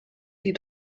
die